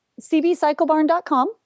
cbcyclebarn.com